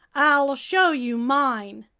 i'll show you mine!